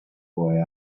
boy